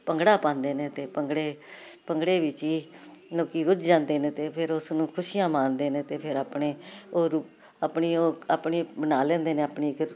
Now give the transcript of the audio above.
ਭੰਗੜਾ ਪਾਉਂਦੇ ਨੇ ਅਤੇ ਭੰਗੜੇ ਭੰਗੜੇ ਵਿੱਚ ਹੀ ਲੋਕ ਰੁੱਝ ਜਾਂਦੇ ਨੇ ਅਤੇ ਫਿਰ ਉਸਨੂੰ ਖੁਸ਼ੀਆਂ ਮਾਣਦੇ ਨੇ ਅਤੇ ਫਿਰ ਆਪਣੇ ਉਹ ਰੂ ਆਪਣੀ ਉਹ ਆਪਣੀ ਬਣਾ ਲੈਂਦੇ ਨੇ ਆਪਣੀ